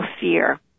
fear